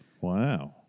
Wow